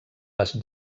les